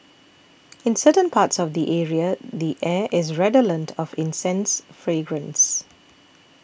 in certain parts of the area the air is redolent of incense fragrance